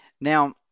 Now